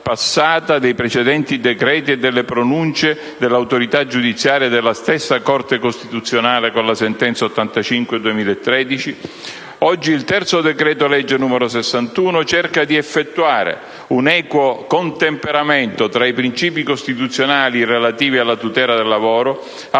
passata dei precedenti decreti e delle pronunce dell'autorità giudiziaria e della stessa Corte costituzionale con la sentenza n. 85 del 2013. Oggi, il terzo decreto-legge, n. 61, cerca di effettuare un equo contemperamento tra i principi costituzionali relativi alla tutela del lavoro, alla